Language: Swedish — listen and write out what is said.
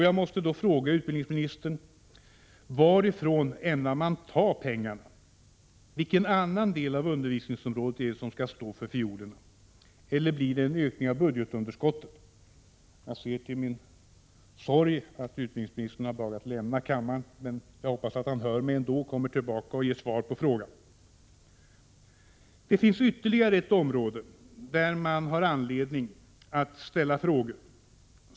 Jag måste då fråga utbildningsministern: Varifrån ämnar man ta pengarna? Vilken annan del av undervisningsområdet är det som skall stå för fiolerna? Eller blir det en ökning av budgetunderskottet? Det finns ytterligare ett område där man har anledning att ställa frågor.